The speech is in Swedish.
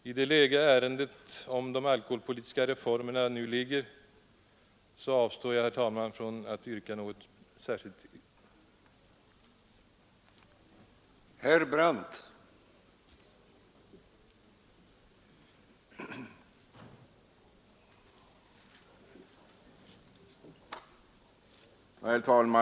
I ärendets nuvarande läge när det gäller de alkoholpolitiska reformerna avstår jag, herr talman, från att ställa något särskilt yrkande.